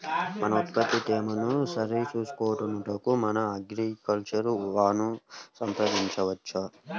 మన ఉత్పత్తి తేమను సరిచూచుకొనుటకు మన అగ్రికల్చర్ వా ను సంప్రదించవచ్చా?